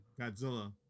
Godzilla